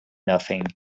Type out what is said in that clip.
nothing